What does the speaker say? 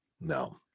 No